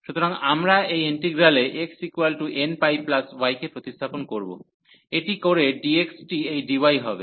সুতরাং আমরা এই ইন্টিগ্রালে xnπy কে প্রতিস্থাপন করব এটি করে dx টি এই dy হবে